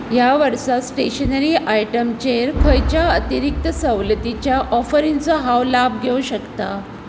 ह्या वर्सा स्टेशनरी आयटमचेर खंयच्या अतिरिक्त सवलतीच्या ऑफरींचो हांव लाव घेवंक शकता